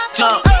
jump